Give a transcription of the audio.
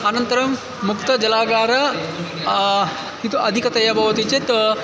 अनन्तरं मुक्तजलागारः अधिकतया भवति चेत्